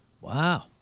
Wow